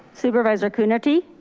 supervisor coonerty.